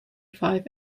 five